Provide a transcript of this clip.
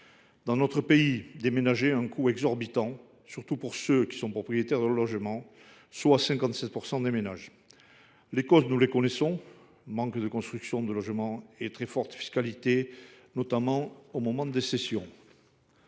Dans notre pays, déménager a un coût exorbitant, surtout pour ceux qui sont propriétaires de leur logement, soit 57 % des ménages. Les causes, nous les connaissons : manque de construction de logements et très forte fiscalité, pour ce qui est notamment des cessions.